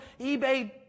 eBay